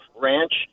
Ranch